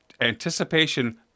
anticipation